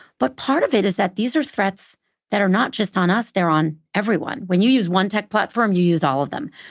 but part of it is that these are threats that are not just on us, they're on everyone. when you use one tech platform, you use all of them.